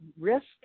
risk